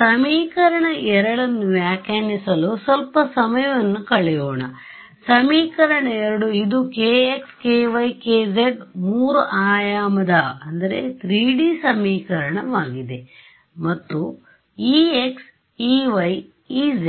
ಸಮೀಕರಣ 2 ನ್ನು ವ್ಯಾಖ್ಯಾನಿಸಲು ಸ್ವಲ್ಪ ಸಮಯವನ್ನು ಕಳೆಯೋಣ ಸಮೀಕರಣ 2 ಇದು kx ky kz ಮೂರು ಆಯಾಮದಸಮೀಕರಣವಾಗಿದೆ ಮತ್ತು ಈ ex ey